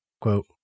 quote